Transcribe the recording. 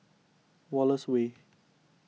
Wallace Way